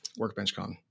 WorkbenchCon